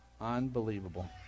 Unbelievable